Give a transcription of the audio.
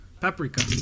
Paprika